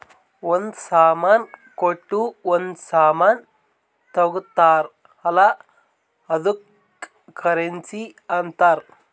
ಒಂದ್ ಸಾಮಾನ್ ಕೊಟ್ಟು ಒಂದ್ ಸಾಮಾನ್ ತಗೊತ್ತಾರ್ ಅಲ್ಲ ಅದ್ದುಕ್ ಕರೆನ್ಸಿ ಅಂತಾರ್